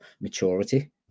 maturity